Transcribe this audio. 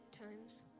times